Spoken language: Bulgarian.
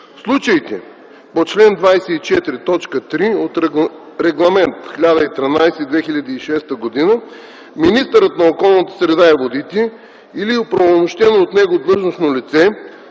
случаите по чл. 24, т. 3 от Регламент 1013/2006 министърът на околната среда и водите или оправомощено от него длъжностно лице